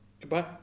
Goodbye